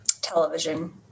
television